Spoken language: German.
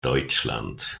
deutschland